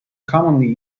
commonly